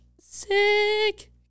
sick